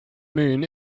moon